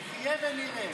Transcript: נחיה ונראה.